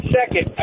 second